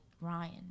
Ryan